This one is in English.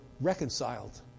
reconciled